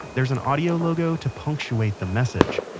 there's an audio logo to punctuate the message.